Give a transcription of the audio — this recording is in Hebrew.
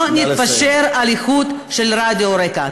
לא נתפשר על האיכות של רדיו רק"ע.